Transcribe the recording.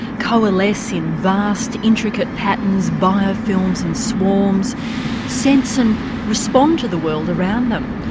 coalesce in vast, intricate patterns, biofilms and swarms sense and respond to the world around them,